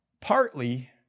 partly